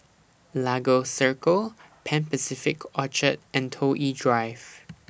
Lagos Circle Pan Pacific Orchard and Toh Yi Drive